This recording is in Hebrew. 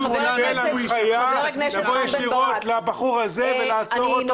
קיבל הנחיה לבוא ישירות לבחור הזה ולעצור אותו.